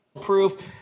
proof